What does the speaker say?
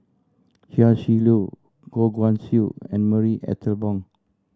Chia Shi Lu Goh Guan Siew and Marie Ethel Bong